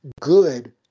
good